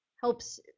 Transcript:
helps